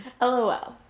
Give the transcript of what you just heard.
lol